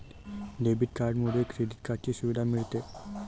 debit कार्डमुळे credit कार्डची सुविधा मिळते